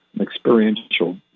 experiential